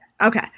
Okay